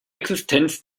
existenz